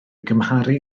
gymharu